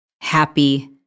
happy